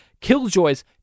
Killjoys